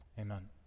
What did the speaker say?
Amen